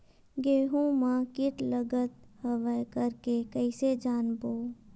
गेहूं म कीट लगत हवय करके कइसे जानबो?